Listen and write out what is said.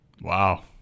wow